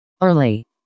early